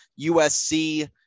USC